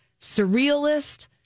surrealist